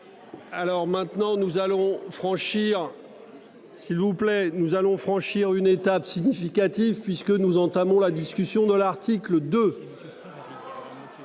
vous plaît. Nous allons franchir une étape significative puisque nous entamons la discussion de l'article de.